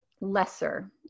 lesser